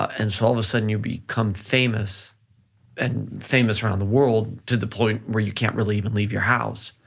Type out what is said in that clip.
and so all of a sudden, you become famous and famous around the world to the point where you can't really even leave your house,